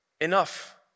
enough